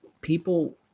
people